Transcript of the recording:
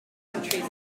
countries